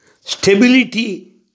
Stability